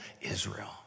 Israel